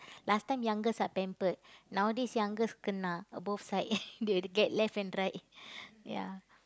last time youngest are pampered nowadays youngest kena both side they get left and right ya